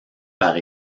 par